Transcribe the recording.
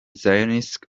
zionist